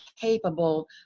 capable